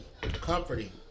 comforting